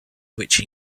which